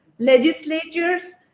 legislatures